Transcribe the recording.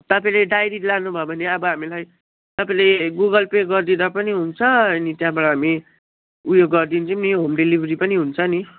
तपाईँले डायरी लानुभयो भने अब हामीलाई तपाईँले गुगल पे गरिदिँदा पनि हुन्छ अनि त्यहाँबाट हामी ऊ यो गरिदिन्छौँ नि होम डेलिभरी पनि हुन्छ नि